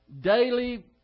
daily